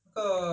yes